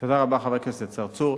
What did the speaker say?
תודה רבה, חבר הכנסת צרצור.